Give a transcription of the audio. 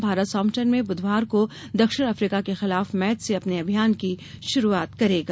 Bharat Southampton में बुधवार को दक्षिण अफ्रीका के खिलाफ मैच से अपने अभियान की शुरूआत करेगा